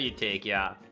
yeah take yeah